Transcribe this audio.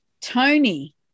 Tony